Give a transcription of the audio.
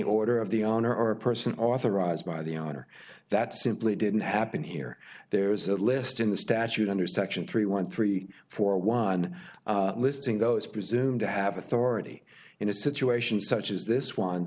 order of the honor a person authorized by the honor that simply didn't happen here there is a list in the statute under section three one three four one listing those presumed to have authority in a situation such as this one